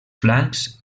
flancs